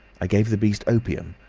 i gave the beast opium,